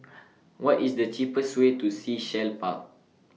What IS The cheapest Way to Sea Shell Park